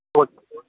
okay